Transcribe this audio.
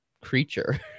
creature